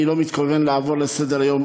אני לא מתכונן לעבור לסדר-היום.